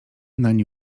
nań